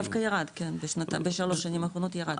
דווקא ירד, בשלוש שנים אחרונות, ירד.